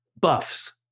buffs